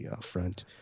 front